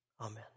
Amen